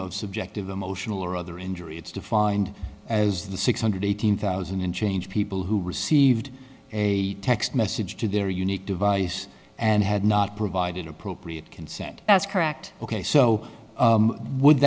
of subjective emotional or other injury it's defined as the six hundred eighteen thousand in change people who received a text message to their unique device and had not provided appropriate consent that's correct ok so would